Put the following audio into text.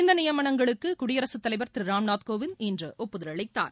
இந்த நியமனங்களுக்கு குடியரசுத்தலைவர் திரு ராம்நாத் கோவிந்த் இன்று ஒப்புதல் அளித்தார்